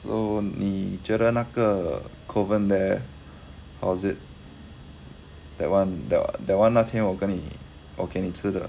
so 你觉得那个 kovan there was it that one that one 那天我跟你我给你吃的